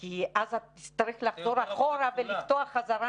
כי אז תצטרך לחזור אחורה ולפתוח חזרה